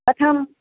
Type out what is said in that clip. कथं